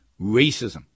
racism